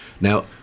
Now